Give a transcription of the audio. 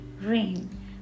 RAIN